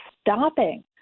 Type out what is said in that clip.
stopping